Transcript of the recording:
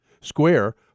Square